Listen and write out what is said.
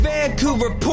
Vancouver